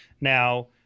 Now